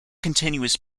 continuous